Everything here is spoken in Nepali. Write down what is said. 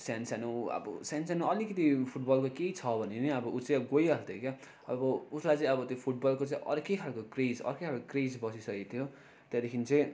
सानसानो अब सानसानो कलिकति फुटबलको केही छ भने नि अब उ चाहिँ गइहाल्थ्यो क्या अब उसलाई चाहिँ अब त्यो फुटबलको चाहिँ अर्कै खालको क्रेज अर्कै खालको क्रेज बसिसकेको थियो त्यहाँदेखि चाहिँ